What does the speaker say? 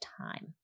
time